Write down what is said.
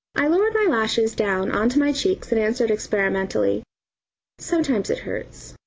i lowered my lashes down on to my cheeks and answered experimentally sometimes it hurts.